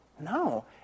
no